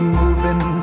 moving